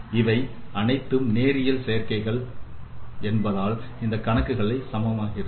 இவை அனைத்தும் நேரியல் செயற்கைகள் என்பதால் இந்தக் கணக்குகளுக்கு சமமாகிறது